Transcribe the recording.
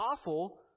awful